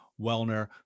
Wellner